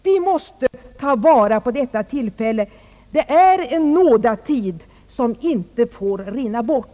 Vi måste ta vara på detta tillfälle — det är en nådatid som inte får rinna bort.